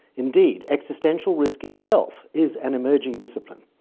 indeed, existential risk itself is an emerging discipline,